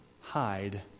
hide